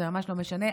זה ממש לא משנה,